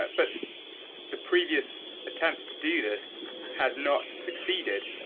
but but the previous attempts to do this had not succeeded.